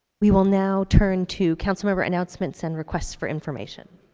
we will now turn to councilmember announcements and requests for information.